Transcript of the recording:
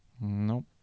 Nope